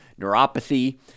neuropathy